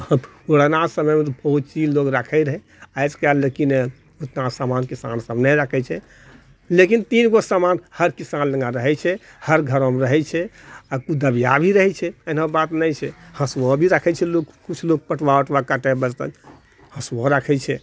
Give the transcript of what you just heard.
पुराना समयमे तऽ बहुत चीज लोक राखै रहै आइकाल्हि लेकिन ओतना सामान किसान सब नहि राखै छै लेकिन तीन गो सामान हर किसान लगाँ रहै छै हर घरोमे रहै छै आओर किछु दबिआ भी रहै छै एहनो बात नहि छै हसुआ भी राखै छै लोक किछु लोक पटुआ उटुआ काटै वास्ते हसुओ राखै छै